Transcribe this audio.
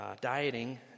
Dieting